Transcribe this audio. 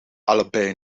allebei